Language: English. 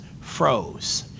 froze